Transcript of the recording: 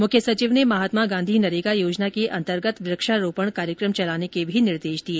मुख्य सचिव ने महात्मा गांधी नरेगा योजना के अन्तर्गत वृक्षारोपण कार्यक्रम चलाने के भी निर्देश दिए